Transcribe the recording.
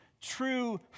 true